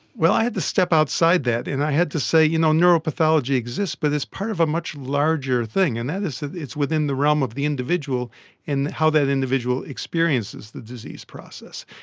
well, i had to step outside that and i had to say, you know, neuropathology exists but it is part of a much larger thing and that is that it's within the realm of the individual in how that individual experiences the disease process.